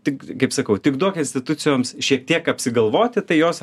tik kaip sakau tik duok institucijoms šiek tiek apsigalvoti tai jos